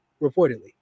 Reportedly